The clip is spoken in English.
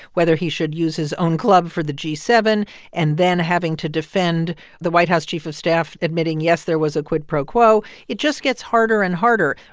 whether he should use his own club for the g seven and then having to defend the white house chief of staff, admitting, yes, there was a quid pro quo, it just gets harder and harder.